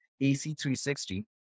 AC360